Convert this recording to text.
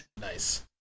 Nice